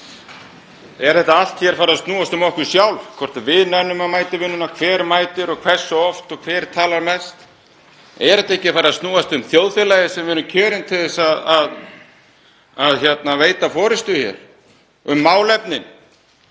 Er þetta allt farið að snúast um okkur sjálf, hvort við munum mæta í vinnuna, hver mætir og hversu oft og hver talar mest? Er þetta ekki farið að snúast um þjóðfélagið sem við erum kjörin til að veita forystu? Um málefnin?